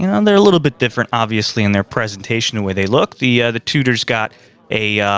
um they're a little bit different, obviously, in their presentation, the way they look. the the tudor's got a.